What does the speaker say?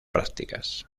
prácticas